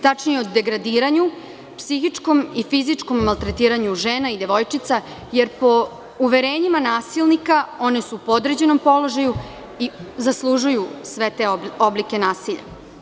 Tačnije o degradiranju, psihičkom i fizičkom maltretiranju žena i devojčica, jer po uverenjima nasilnika one su u podređenom položaju i zaslužuju sve te oblike nasilja.